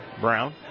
Brown